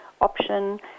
option